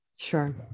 Sure